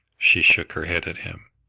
she shook her head at him.